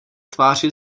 tváři